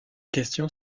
question